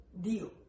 deal